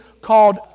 called